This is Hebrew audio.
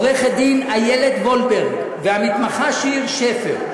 עורכת-דין אילת וולברג והמתמחה שיר שפר,